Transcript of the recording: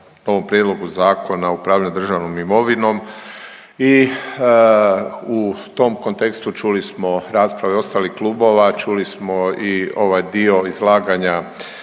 u tom kontekstu čuli smo rasprave ostalih klubova, čuli smo i ovaj dio izlaganja